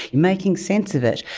making sense of it,